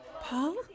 Paul